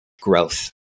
growth